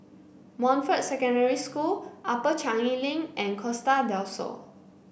Montfort Secondary School Upper Changi Link and Costa Del Sol